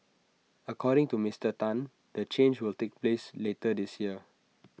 according to Mister Tan the change will take place later this year